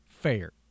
fair